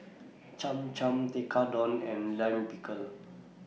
Cham Cham Tekkadon and Lime Pickle